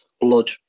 blood